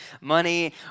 money